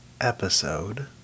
episode